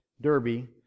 Derby